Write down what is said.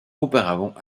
auparavant